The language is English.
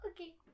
Okay